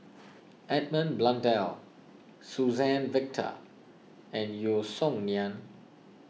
Edmund Blundell Suzann Victor and Yeo Song Nian